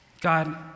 God